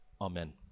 Amen